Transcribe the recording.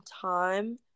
time –